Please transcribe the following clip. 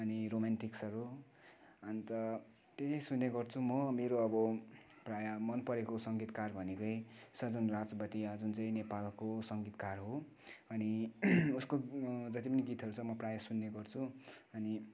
अनि रोम्यान्टिक्सहरू अन्त त्यही त्यही सुन्ने गर्छु म मेरो अब प्राय मनपरेको सङ्गीतकार भनेकै सजनराज बतिया जुनचहिँ नेपालको सङ्गीतकार हो अनि उसको जति पनि गीतहरू छ म प्राय सुन्ने गर्छु अनि